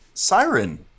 Siren